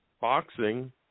boxing